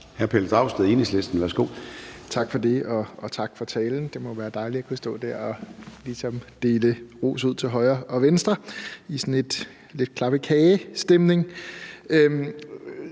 13:17 Pelle Dragsted (EL): Tak for det, og tak for talen. Det må være dejligt at kunne stå der og ligesom dele ros ud til højre og venstre i sådan lidt en klappe kage-stemning.